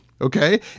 Okay